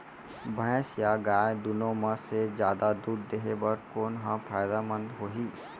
भैंस या गाय दुनो म से जादा दूध देहे बर कोन ह फायदामंद होही?